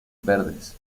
verdes